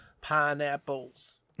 Pineapples